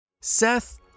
Seth